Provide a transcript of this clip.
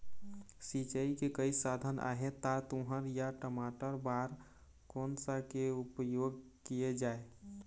सिचाई के कई साधन आहे ता तुंहर या टमाटर बार कोन सा के उपयोग किए जाए?